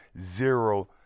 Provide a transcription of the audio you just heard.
zero